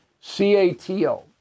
C-A-T-O